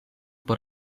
por